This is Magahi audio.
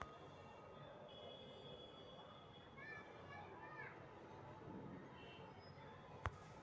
बास्ट फाइबर डांरके शक्ति प्रदान करइ छै